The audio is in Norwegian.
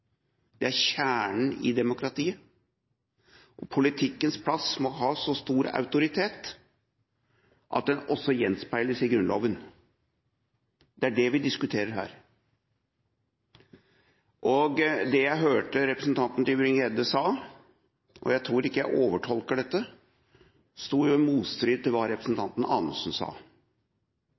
Det er kjernen i demokratiet. Politikkens plass må ha så stor autoritet at den også gjenspeiles i Grunnloven. Det er det vi diskuterer her. Det jeg hørte representanten Tybring-Gjedde sa – og jeg tror ikke jeg overtolker dette – sto i motstrid til det representanten Anundsen sa.